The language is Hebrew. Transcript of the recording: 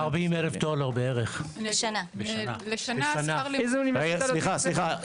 רגע סליחה סליחה,